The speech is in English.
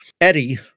Eddie